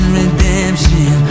redemption